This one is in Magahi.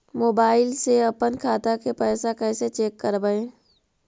मोबाईल से अपन खाता के पैसा कैसे चेक करबई?